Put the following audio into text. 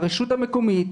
הרשות המקומית,